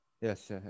Yes